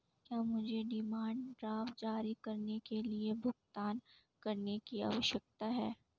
क्या मुझे demand draft जारी करने के लिए भुगतान करने की आवश्यकता है?